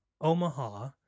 Omaha